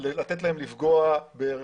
לתת להם לפגוע ברכוש.